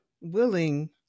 willing